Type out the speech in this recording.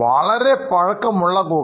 വളരെ പഴക്കമുള്ള ഗുഹ